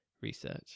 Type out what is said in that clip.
research